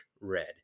red